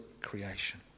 creation